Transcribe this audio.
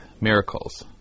miracles